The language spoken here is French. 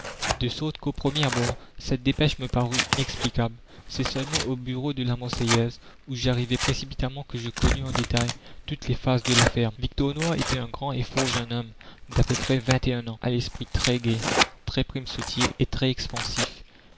de sorte qu'au premier abord cette dépêche me parut inexplicable c'est seulement aux bureaux de la marseillaise où j'arrivai précipitamment que je connus en détail toutes les phases de l'affaire victor noir était un grand et fort jeune homme d'à peu près vingt et un ans à l'esprit très gai très primesautier et très expansif